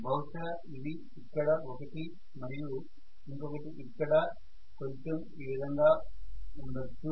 బహుశా అవి ఇక్కడ ఒకటి మరి ఇంకొకటి ఇక్కడ కొంచం ఈ విధంగా ఉండొచ్చు